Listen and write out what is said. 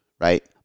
right